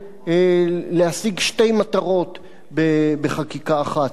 יהיה אפשר להשיג שתי מטרות בחקיקה אחת: